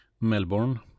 Melbourne